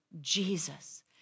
Jesus